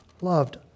loved